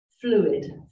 fluid